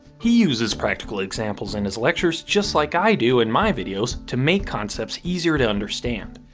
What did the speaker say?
he uses practical examples in his lectures just like i do in my videos to make concepts easier to understand.